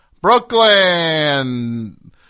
Brooklyn